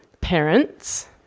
parents